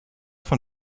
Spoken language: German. von